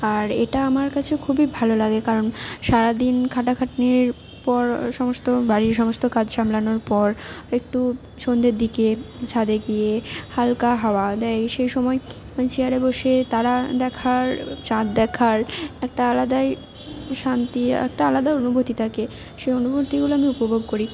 আর এটা আমার কাছে খুবই ভালো লাগে কারণ সারাদিন খাটা খাটনির পর সমস্ত বাড়ির সমস্ত কাজ সামলানোর পর একটু সন্ধের দিকে ছাদে গিয়ে হালকা হাওয়া দেয় সেই সময় চেয়ারে বসে তারা দেখার চাঁদ দেখার একটা আলাদাই শান্তি একটা আলাদা অনুভূতি থাকে সেই অনুভূতিগুলো আমি উপভোগ করি